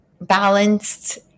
balanced